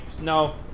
No